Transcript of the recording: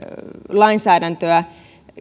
lainsäädäntöä